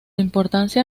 importancia